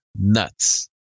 nuts